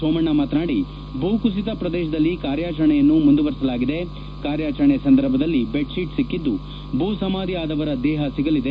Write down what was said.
ಸೋಮಣ್ಣ ಮಾತನಾದಿ ಭೂ ಕುಸಿತ ಪ್ರದೇಶದಲ್ಲಿ ಕಾರ್ಯಾಚರಣೆಯನ್ನು ಮುಂದುವರೆಸಲಾಗಿದೆ ಕಾರ್ಯಾಚರಣೆ ಸಂದರ್ಭದಲ್ಲಿ ಬೆಡ್ ಶೀಟ್ ಸಿಕ್ಕಿದ್ದು ಭೂ ಸಮಾಧಿ ಆದವರ ದೇಹ ಸಿಗಲಿದೆ